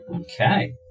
Okay